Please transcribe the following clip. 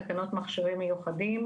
תקנות מכשירים מיוחדים,